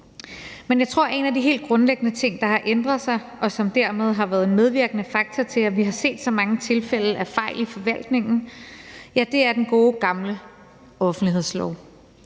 Men jeg tror, at en af de helt grundlæggende ting, der har ændret sig, og som dermed har været en medvirkende faktor til, at vi har set så mange tilfælde af fejl i forvaltningen, er den gode gamle offentlighedslov,